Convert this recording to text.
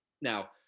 now